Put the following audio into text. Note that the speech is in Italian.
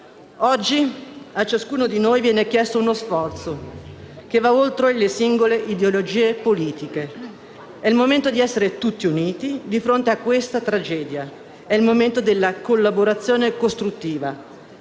oggi a ciascuno di noi viene chiesto uno sforzo che va oltre le singole ideologie politiche. È il momento di essere tutti uniti di fronte a questa tragedia. È il momento della collaborazione costruttiva: